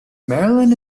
marilyn